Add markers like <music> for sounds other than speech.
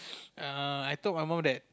<noise> err I told my mum that